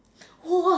!whoa!